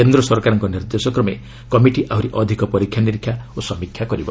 କେନ୍ଦ୍ର ସରକାରଙ୍କ ନିର୍ଦ୍ଦେଶ କ୍ରମେ କମିଟି ଆହୁରି ଅଧିକ ପରୀକ୍ଷାନିରୀକ୍ଷା ଓ ସମୀକ୍ଷା କରିବ